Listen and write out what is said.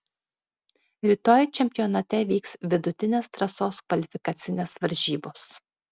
rytoj čempionate vyks vidutinės trasos kvalifikacinės varžybos